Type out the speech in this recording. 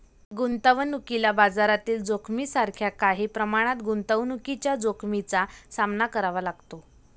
गुंतवणुकीला बाजारातील जोखमीसारख्या काही प्रमाणात गुंतवणुकीच्या जोखमीचा सामना करावा लागतो